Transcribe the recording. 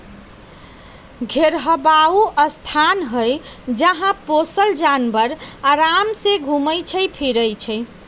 घेरहबा ऊ स्थान हई जहा पोशल जानवर अराम से घुम फिरइ छइ